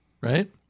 right